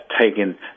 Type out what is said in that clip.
taken